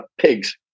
pigs